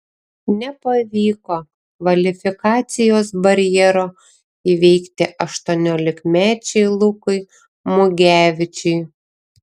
nepavyko kvalifikacijos barjero įveikti aštuoniolikmečiui lukui mugevičiui